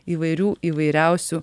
įvairių įvairiausių